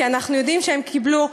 כי אנחנו יודעים שהם קיבלו,